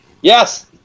Yes